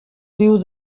riu